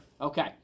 Okay